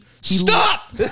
Stop